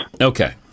Okay